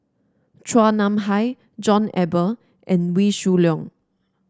Chua Nam Hai John Eber and Wee Shoo Leong